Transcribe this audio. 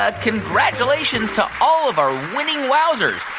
ah congratulations to all of our winning wowzers.